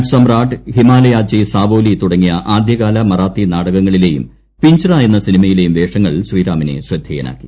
നട്സമ്രാട്ട് ഹിമാലയാച്ചി സാവോലി തുടങ്ങിയ ആദ്യകാല മറാത്തി നാടകങ്ങളിലേയും പിഞ്ച്റ എന്ന സിനിമയിലേയും വേഷങ്ങൾ ശ്രീറാമിനെ ശ്രദ്ധേയനാക്കി